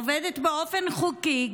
עובדת באופן חוקי,